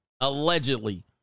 allegedly